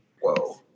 whoa